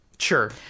Sure